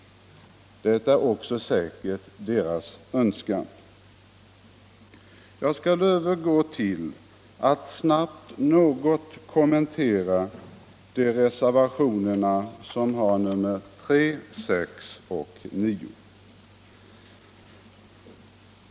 Det är säkert också deras önskan. Jag skall nu övergå till att något kommentera reservationerna 3, 6 och 9.